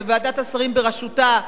וועדת השרים בראשותי,